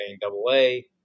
double-A